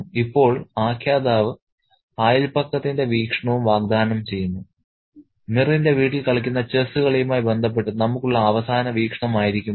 ഇപ്പോൾ ആഖ്യാതാവ് അയൽപക്കത്തിന്റെ വീക്ഷണവും വാഗ്ദാനം ചെയ്യുന്നു മിറിന്റെ വീട്ടിൽ കളിക്കുന്ന ചെസ്സ് കളിയുമായി ബന്ധപ്പെട്ട് നമുക്കുള്ള അവസാന വീക്ഷണമായിരിക്കും അത്